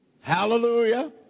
Hallelujah